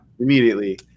Immediately